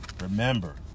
remember